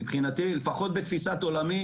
לפחות בתפיסת עולמי